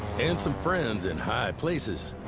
and some friends in high places.